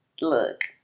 look